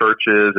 churches